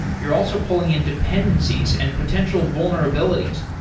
you're also pulling in dependencies and potential vulnerabilities.